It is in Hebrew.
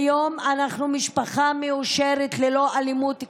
כיום אנחנו משפחה מאושרת ללא אלימות כלל.